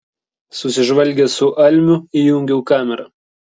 susižvalgęs su almiu įjungiau kamerą